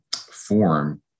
form